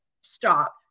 stop